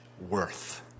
worth